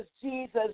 Jesus